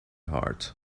heart